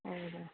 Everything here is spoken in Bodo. दे